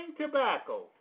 tobacco